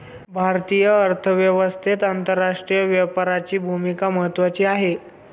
भारतीय अर्थव्यवस्थेत आंतरराष्ट्रीय व्यापाराची भूमिका महत्त्वाची आहे